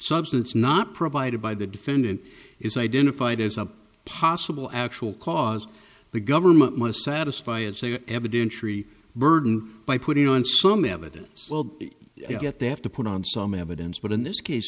substance not provided by the defendant is identified as a possible actual cause the government must satisfy its a evidentiary burden by putting on some evidence well they get they have to put on some evidence but in this case